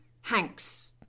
Hank's